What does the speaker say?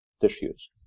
tissues